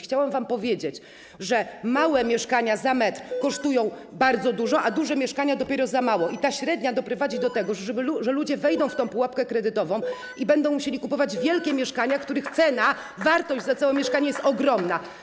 Chciałam wam powiedzieć, że małe mieszkania za metr kosztują bardzo dużo, a dopiero duże mieszkania mało, i ta średnia dopiero doprowadzi do tego, że ludzie wejdą w tę pułapkę kredytową i będą musieli kupować wielkie mieszkania, których cena, wartość za całe mieszkanie jest ogromna.